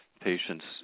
patients